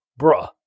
Bruh